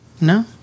No